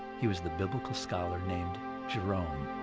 he was the biblical scholar named jerome.